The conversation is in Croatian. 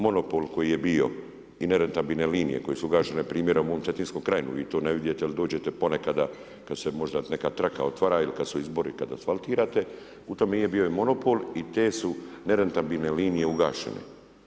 Monopol koji je bio i nerentabilne linije koje su ugašene primjer u mom cetinskom kraju vi to ne vidite jel dođete ponekad kada se možda neka traka otvara ili kada su izbori kada asfaltirate u tom i je bio monopol i te su nerentabilne linije ugašene.